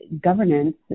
governance